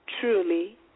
Truly